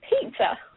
pizza